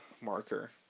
marker